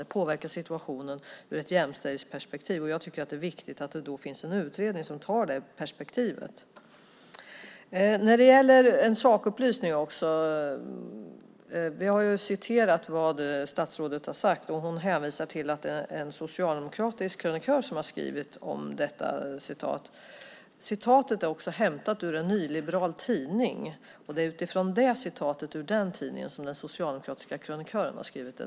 Det påverkar situationen ur ett jämställdhetsperspektiv. Jag tycker att det är viktigt att det då finns en utredning som har det perspektivet. Jag har också en sakupplysning. Vi har ju citerat vad statsrådet har sagt. Hon hänvisar till att det är en socialdemokratisk krönikör som har skrivit om detta citat. Citatet är också hämtat ur en nyliberal tidning. Det är utifrån det citatet, ur den tidningen, som den socialdemokratiska krönikören har skrivit det.